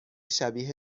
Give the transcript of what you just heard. شبیه